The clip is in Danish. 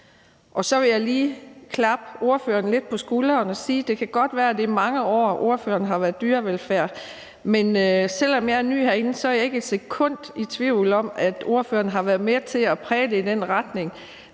og så vil jeg lige klappe ordføreren for forslagsstillerne lidt på skulderen og sige: Det kan godt være, at det er mange år, ordføreren har været dyrevelfærdsordfører, men selv om jeg er ny herinde, er jeg ikke et sekund i tvivl om, at ordføreren har været med til at præge det i den retning,